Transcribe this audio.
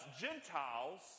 Gentiles